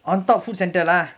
on top food centre lah